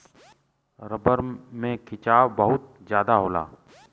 rubber में खिंचाव बहुत जादा होला